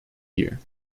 year